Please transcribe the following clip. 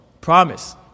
Promise